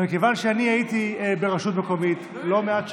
אבל מכיוון שאני הייתי ברשות מקומית לא מעט שנים,